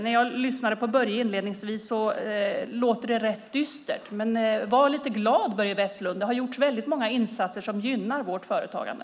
När jag lyssnade på Börje inledningsvis lät det rätt dyster. Men var lite glad, Börje Vestlund! Det har gjorts många insatser som gynnar vårt företagande.